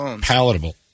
palatable